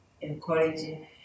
encouraging